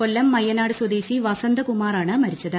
കൊല്ലം മയ്യനാട് സ്വദേശി വസന്തകുമാറാണ് കോവിഡ് മരിച്ചത്